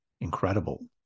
incredible